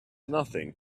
nothing